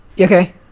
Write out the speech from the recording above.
Okay